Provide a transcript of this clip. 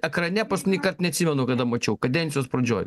ekrane paskutinįkart neatsimenu kada mačiau kadencijos pradžioj